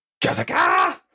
Jessica